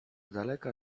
daleka